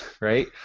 right